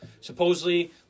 Supposedly